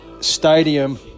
Stadium